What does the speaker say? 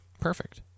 Perfect